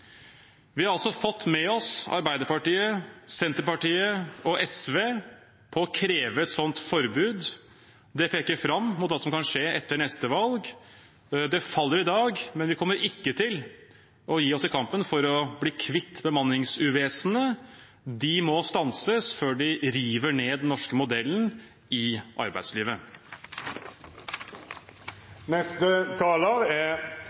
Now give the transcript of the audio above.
Vi har fått med oss Arbeiderpartiet, Senterpartiet og SV på å kreve et slikt forbud. Det peker fram mot hva som kan skje etter neste valg. Forslaget faller i dag, men vi kommer ikke til å gi oss i kampen for å bli kvitt bemanningsuvesenet. Det må stanses før det river ned den norske modellen i arbeidslivet.